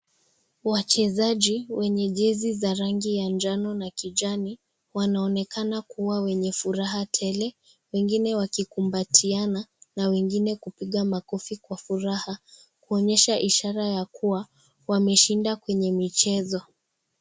Wachezaji wenye jezi za rangi ya njano na kijani, wanaonekana kuwa wenye furaha tele. Wengine wakikumbatiana, na wengine kupiga makofi kwa furaha. Kuonyesha ishara ya kuwa, wameshinda kwenye michezo.